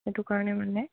সেইটো কাৰণে মানে